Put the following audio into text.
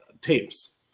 tapes